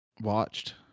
watched